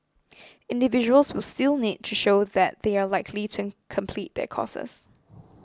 individuals will still need to show that they are likely to complete their courses